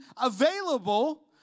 available